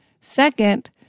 Second